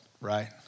right